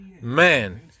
man